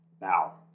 Now